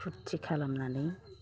फुर्थि खालामनानै